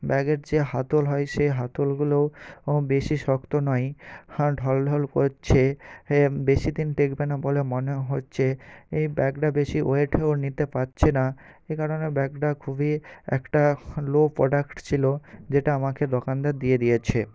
ব্যাগের যে হাতল হয় সেই হাতলগুলোও বেশি শক্ত নয় ঢলঢল করছে বেশিদিন টিকবে না বলে মনে হচ্ছে এই ব্যাগটা বেশি ওয়েটেও নিতে পাচ্ছে না এই কারণে ব্যাগটা খুবই একটা লো প্রোডাক্ট ছিল যেটা আমাকে দোকানদার দিয়ে দিয়েছে